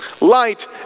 Light